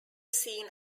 seen